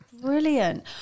brilliant